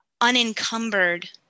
unencumbered